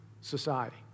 society